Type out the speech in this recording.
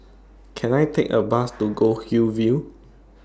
Can I Take A Bus to Goldhill View